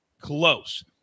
close